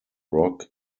rock